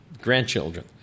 grandchildren